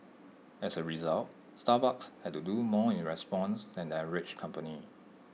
as A result Starbucks had to do more in response than the average company